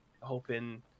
hoping